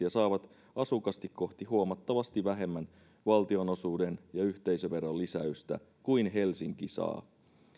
ja saavat asukasta kohti huomattavasti vähemmän valtionosuuden ja yhteisöveron lisäystä kuin mitä helsinki saa